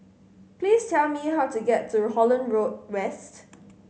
please tell me how to get to Holland Road West